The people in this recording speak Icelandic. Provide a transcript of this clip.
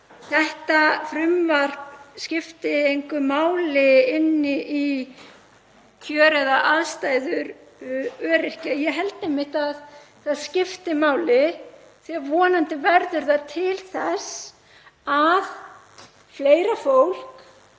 þetta frumvarp skipti engu máli fyrir kjör eða aðstæður öryrkja, ég held einmitt að það skipti máli. Vonandi verður það til þess að fleira fólk